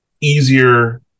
easier